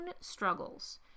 struggles